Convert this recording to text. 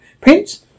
prince